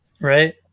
right